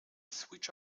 switch